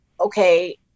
okay